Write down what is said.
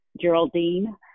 Geraldine